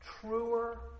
truer